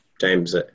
James